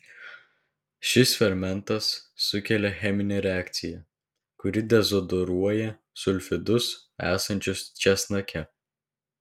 šis fermentas sukelia cheminę reakciją kuri dezodoruoja sulfidus esančius česnake